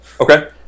Okay